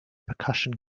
percussion